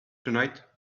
tonight